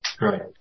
Right